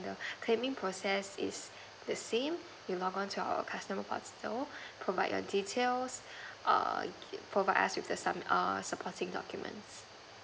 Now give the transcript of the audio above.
the claiming process is the same you log on to our customer portal provide your details err provide us with the some err supporting documents